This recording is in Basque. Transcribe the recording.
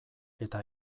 eta